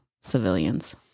civilians